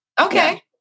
Okay